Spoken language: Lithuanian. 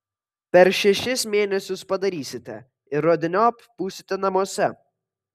per šešis mėnesius padarysite ir rudeniop būsite namuose